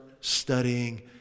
studying